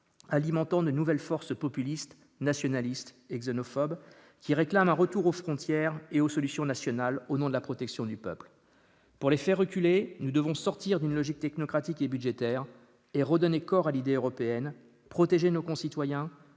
alimentant de nouvelles forces populistes, nationalistes et xénophobes, qui réclament un retour aux frontières et aux solutions nationales au nom de la protection du peuple. Pour les faire reculer, nous devons sortir d'une logique technocratique et budgétaire et redonner corps à l'idée européenne, protéger nos concitoyens,